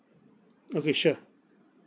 okay sure